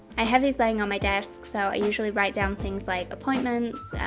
i have these laying on my desk. so i usually write down things like appointments,